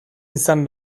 izan